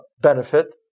benefit